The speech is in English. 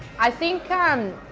i think, um